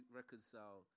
reconcile